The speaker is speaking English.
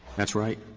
that's right?